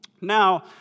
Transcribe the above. Now